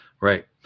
Right